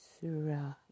Surah